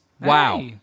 Wow